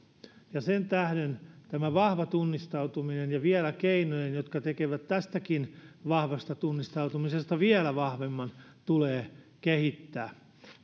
sen tähden tämä vahva tunnistautuminen ja vielä keinoin jotka tekevät tästä vahvasta tunnistautumisesta vieläkin vahvemman tulee kehittää